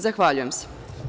Zahvaljujem se.